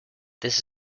this